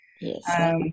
Yes